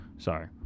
Sorry